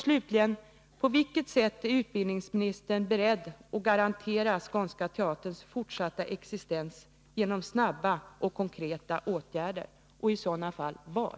Slutligen: På vilket sätt är utbildningsministern beredd att garantera Skånska Teaterns fortsatta existens genom snabba och konkreta åtgärder, och i så fall var?